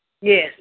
Yes